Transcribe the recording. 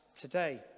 today